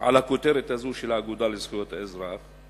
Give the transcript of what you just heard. על הכותרת הזו של האגודה לזכויות האזרח,